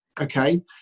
Okay